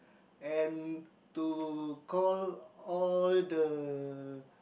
and to call all the